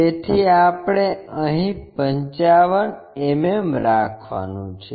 તેથી આપણે અહીં 55 mm રાખવાનું છે